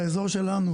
באזור שלנו,